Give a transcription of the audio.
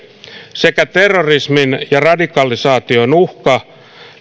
sekä terrorismin ja radikalisaation uhka